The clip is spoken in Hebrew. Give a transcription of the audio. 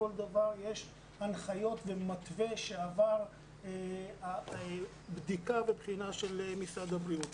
לכל דבר יש הנחיות במתווה שעבר בדיקה ובחינה של משרד הבריאות.